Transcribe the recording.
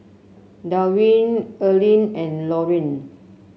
Darwyn Erling and Loring